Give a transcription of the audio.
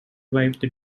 wife